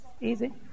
easy